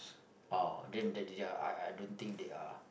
oh then that they are I I don't think they are